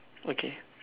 okay